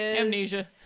Amnesia